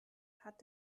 hat